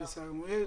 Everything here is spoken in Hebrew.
מעולה.